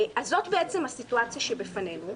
אז זאת בעצם הסיטואציה שבפנינו.